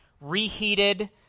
reheated